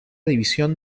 división